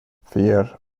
vier